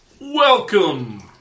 Welcome